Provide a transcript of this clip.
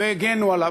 והגנו עליו?